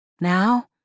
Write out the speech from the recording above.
Now